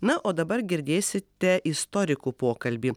na o dabar girdėsite istorikų pokalbį